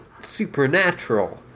supernatural